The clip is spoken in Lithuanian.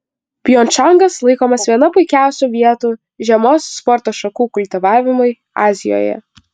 pjongčangas laikomas viena puikiausių vietų žiemos sporto šakų kultivavimui azijoje